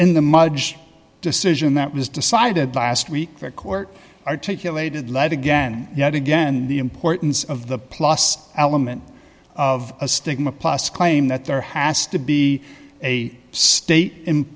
the mudge decision that was decided last week that court articulated let again yet again the importance of the plus element of a stigma plus claim that there has to be a state